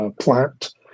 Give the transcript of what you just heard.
plant